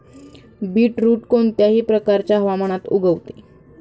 beetroot कोणत्याही प्रकारच्या हवामानात उगवते